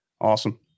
Awesome